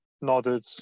nodded